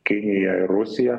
kinija ir rusija